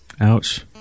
Ouch